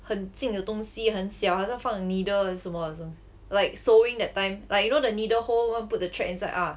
很近的东西很小好像放 needle 什么的时候 like sewing that time like you know the needle hole want to put the thread inside ah